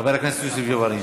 חבר הכנסת יוסף ג'בארין,